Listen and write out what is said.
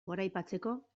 goraipatzeko